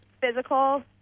physical